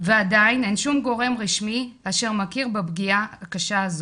ועדיין אין שום גורם רשמי אשר מכיר בפגיעה הקשה הזו,